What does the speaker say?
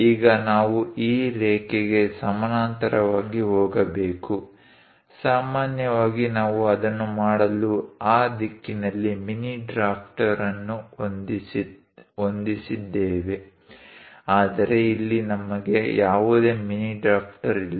ಈಗ ನಾವು ಈ ರೇಖೆಗೆ ಸಮಾನಾಂತರವಾಗಿ ಹೋಗಬೇಕು ಸಾಮಾನ್ಯವಾಗಿ ನಾವು ಅದನ್ನು ಮಾಡಲು ಆ ದಿಕ್ಕಿನಲ್ಲಿ ಮಿನಿ ಡ್ರಾಫ್ಟರ್ ಅನ್ನು ಹೊಂದಿಸಿದ್ದೇವೆ ಆದರೆ ಇಲ್ಲಿ ನಮಗೆ ಯಾವುದೇ ಮಿನಿ ಡ್ರಾಫ್ಟರ್ ಇಲ್ಲ